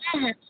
হ্যাঁ হ্যাঁ